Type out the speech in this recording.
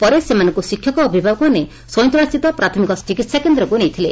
ପରେ ସେମାନଙ୍କୁ ଶିକ୍ଷକ ଓ ଅଭିଭାବକମାନେ ସଇଁତଳାସ୍ଥିତ ପ୍ରାଥମିକ ଚିକିହାକେନ୍ଦ୍ରକୁ ନେଇଥିଲେ